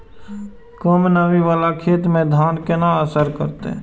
कम नमी वाला खेत में धान केना असर करते?